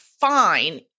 fine